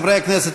חברי הכנסת,